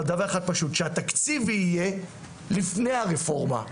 אבל שהתקציב יהיה לפני הרפורמה,